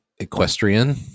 equestrian